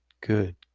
good